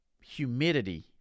humidity